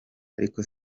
ariko